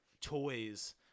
toys